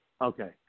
Okay